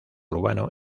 urbano